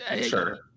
Sure